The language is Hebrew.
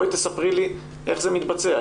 ספרי לי איך זה מתבצע.